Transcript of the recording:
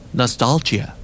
nostalgia